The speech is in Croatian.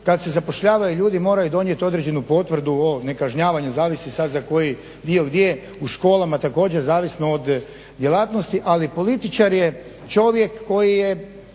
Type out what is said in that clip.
kad se zapošljavaju ljudi moraju donijeti određenu potvrdu o nekažnjavanju, zavisi sad za koji dio gdje, u školama također zavisno od djelatnosti, ali političar je čovjek koji je